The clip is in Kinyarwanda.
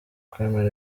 kwemera